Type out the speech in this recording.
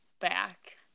back